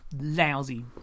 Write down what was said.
lousy